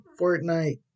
Fortnite